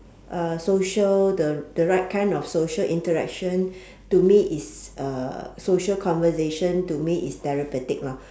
uh social the the right kind of social interaction to me is uh social conversation to me is therapeutic lah